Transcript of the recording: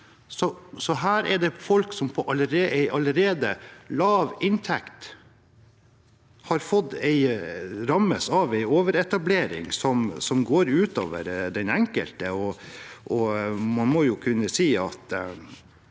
Her er det folk med allerede lav inntekt som rammes av en overetablering som går ut over den enkelte.